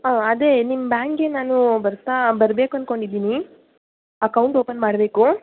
ಹಾಂ ಅದೇ ನಿಮ್ಮ ಬ್ಯಾಂಕಿಗೆ ನಾನು ಬರ್ತ ಬರ್ಬೇಕು ಅನ್ಕೊಂಡು ಇದ್ದೀನಿ ಅಕೌಂಟ್ ಓಪನ್ ಮಾಡಬೇಕು